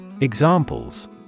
Examples